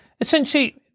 essentially